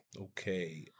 Okay